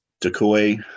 decoy